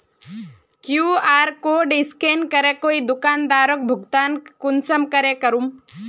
QR code scan करे कोई दुकानदारोक भुगतान कुंसम करे करूम?